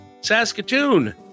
saskatoon